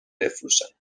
بفروشن